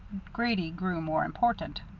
grady grew more important